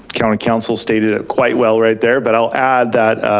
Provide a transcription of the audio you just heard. county counsel stated it quite well right there, but i'll add that,